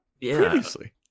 previously